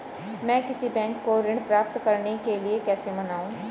मैं किसी बैंक को ऋण प्राप्त करने के लिए कैसे मनाऊं?